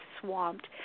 swamped